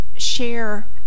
share